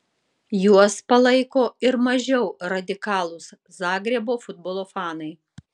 juos palaiko ir mažiau radikalūs zagrebo futbolo fanai